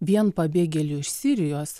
vien pabėgėlių iš sirijos